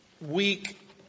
weak